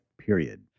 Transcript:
period